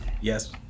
Yes